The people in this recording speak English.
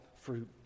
fruit